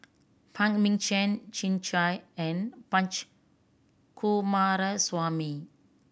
Phan Ming Chen Chin and Punch Coomaraswamy